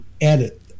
edit